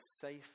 safe